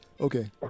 Okay